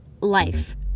life